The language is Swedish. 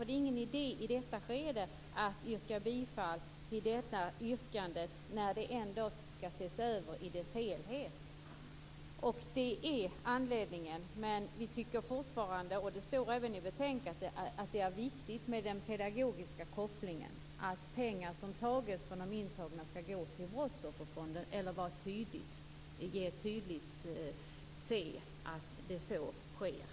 Det är ingen idé att i detta skede yrka bifall till detta, när frågan ändå skall ses över i dess helhet. Detta är anledningen, men vi tycker fortfarande - och det står i betänkandet - att det är viktigt med den pedagogiska kopplingen, att det skall vara tydligt att de pengar som tas från de intagna skall gå till